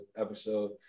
episode